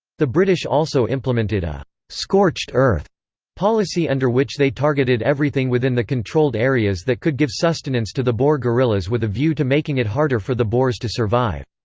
the british also implemented a scorched earth policy under which they targeted everything within the controlled areas that could give sustenance to the boer guerrillas with a view to making it harder for the boers to survive.